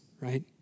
right